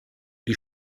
die